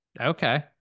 Okay